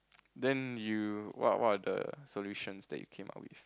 then you what what are the solutions that you came up with